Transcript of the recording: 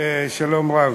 שלום רב.